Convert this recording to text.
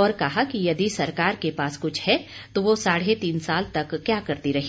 और कहा कि यदि सरकार के पास कुछ है तो वह साढ़े तीन साल तक क्या करती रही